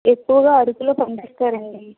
ఎక్కువగా అరకులో పండిస్తారండి